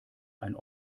ein